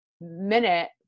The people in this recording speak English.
minute